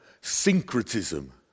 syncretism